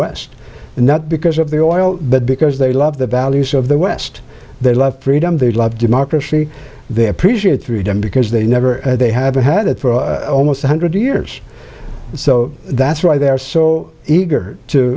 west not because of the oil but because they love the values of the west they love freedom they love democracy they appreciate three don't because they never they haven't had it for almost a hundred years so that's why they're so eager to